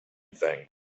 thing